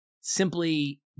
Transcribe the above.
simply